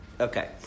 Okay